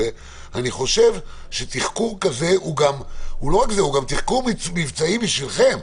אני חושב שתחקור כזה הוא גם תחקור מבצעי בשבילכם.